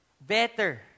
better